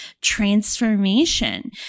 transformation